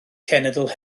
cenedl